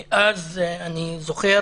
גם בענה, ואז אני זוכר